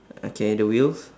okay the wheels